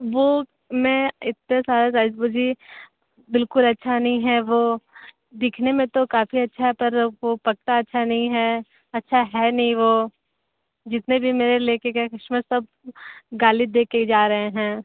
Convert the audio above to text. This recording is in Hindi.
वो मैं इतने सारे राइस मुझे बिल्कुल अच्छा नहीं है वो दिखने में तो काफ़ी अच्छा है पर वो पकता अच्छा नहीं है अच्छा है नहीं वो जितने भी मेरे लेके गए कस्टमर सब गाली दे के जा रहे हैं